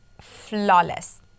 flawless